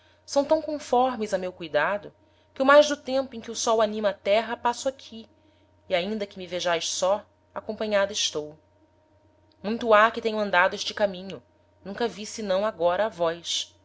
são tam conformes a meu cuidado que o mais do tempo em que o sol anima a terra passo aqui e ainda que me vejaes só acompanhada estou muito ha que tenho andado este caminho nunca vi senão agora a vós